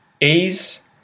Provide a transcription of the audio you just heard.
Ease